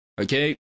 okay